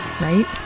right